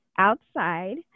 Outside